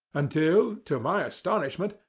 until, to my astonishment,